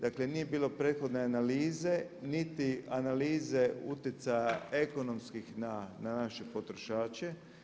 Dakle nije bilo prethodne analize, niti analize utjecaja ekonomskih na naše potrošače.